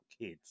kids